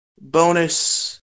bonus